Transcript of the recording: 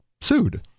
sued